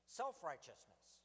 self-righteousness